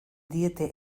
diete